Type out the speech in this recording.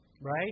Right